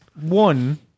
one